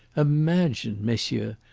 imagine, messieurs,